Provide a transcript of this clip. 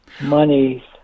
money